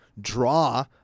draw